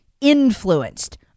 influenced